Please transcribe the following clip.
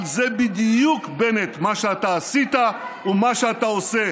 אבל זה בדיוק, בנט, מה שאתה עשית ומה שאתה עושה.